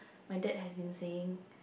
my dad has been saying